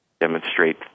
demonstrate